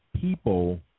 people